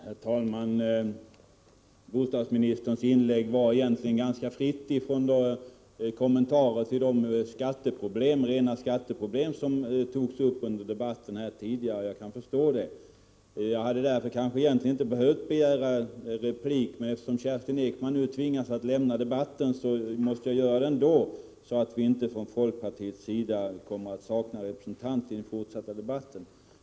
Herr talman! Bostadsministerns inlägg var ganska fritt från kommentarer till de rena skatteproblem som togs upp under debatten tidigare i dag. Jag kan förstå det. Därför hade jag kanske egentligen inte behövt begära replik, men eftersom Kerstin Ekman nu tvingas lämna debatten, måste jag göra det ändå för att inte folkpartiet skall sakna representanter i den fortsatta debatten.